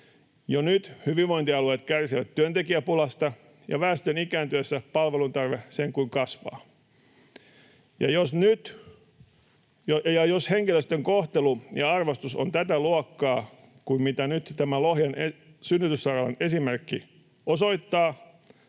Jo nyt hyvinvointialueet kärsivät työntekijäpulasta, ja väestön ikääntyessä palveluntarve sen kuin kasvaa. Jos henkilöstön kohtelu ja arvostus ovat tätä luokkaa, mitä nyt tämä Lohjan synnytyssairaalaan esimerkki osoittaa,